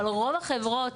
אבל רוב החברות,